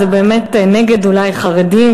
זה באמת נגד אולי חרדים,